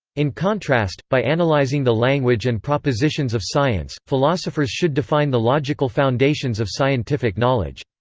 in contrast, by analyzing the language and propositions of science, philosophers should define the logical foundations of scientific knowledge.